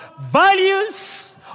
values